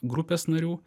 grupės narių